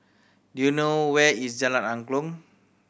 do you know where is Jalan Angklong